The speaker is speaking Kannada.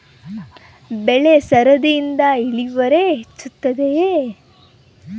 ಬೆಳೆ ಸರದಿಯಿಂದ ಇಳುವರಿ ಹೆಚ್ಚುತ್ತದೆಯೇ?